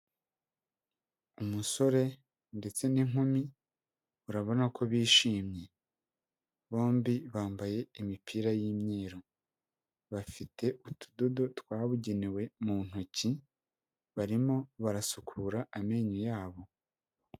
Umusore ndetse n'inkumi, urabona ko bishimye. Bombi bambaye imipira y'imyeru. Bafite utudodo twabugenewe mu ntoki, barimo barasukura amenyo yabo.